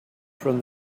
from